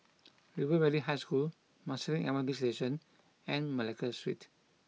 River Valley High School Marsiling M R T Station and Malacca Street